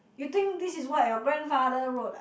you think this is what your grandfather road ah